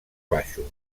baixos